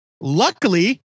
Luckily